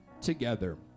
together